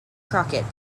crockett